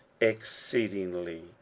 exceedingly